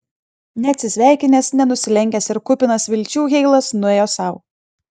neatsisveikinęs nenusilenkęs ir kupinas vilčių heilas nuėjo sau